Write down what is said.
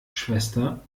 schwester